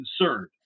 concerned